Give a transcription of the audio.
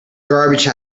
garbage